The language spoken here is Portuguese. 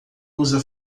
usa